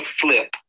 flip